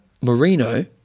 Marino